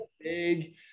big